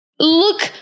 Look